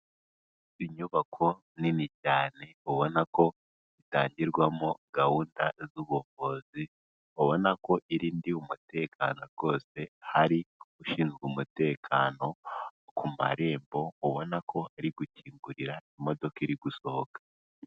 Inyubako nini cyane ubona ko itangirwamo gahunda z'ubuvuzi, ubona ko irindiwe umutekano rwose, hari uwushinzwe umutekano ku marembo, ubona ko ari gukingurira imodoka iri gusohoka.